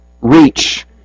reach